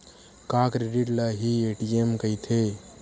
का क्रेडिट ल हि ए.टी.एम कहिथे?